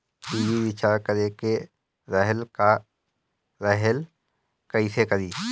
TV recharge करे के रहल ह कइसे करी?